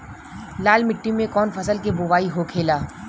लाल मिट्टी में कौन फसल के बोवाई होखेला?